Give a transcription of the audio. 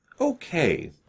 okay